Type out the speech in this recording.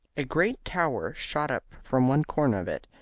a great tower shot up from one corner of it,